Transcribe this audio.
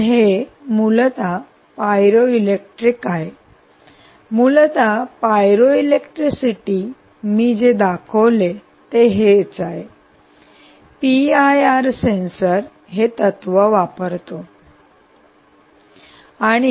तर हे मूलत पायरोइलेक्ट्रिक आहे मूलतः पायरोइलेक्ट्रिसिटी मी जे दाखविले ते हे तेच आहे पीआयआर सेन्सर हे तत्व वापरतो